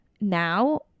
Now